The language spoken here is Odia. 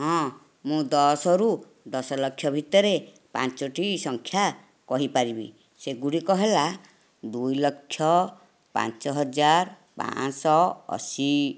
ହଁ ମୁଁ ଦଶରୁ ଦଶ ଲକ୍ଷ ଭିତରେ ପାଞ୍ଚଟି ସଂଖ୍ୟା କହି ପାରିବି ସେଗୁଡ଼ିକ ହେଲା ଦୁଇ ଲକ୍ଷ ପାଞ୍ଚ ହଜାର ପାଞ୍ଚଶହ ଅଶି